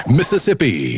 Mississippi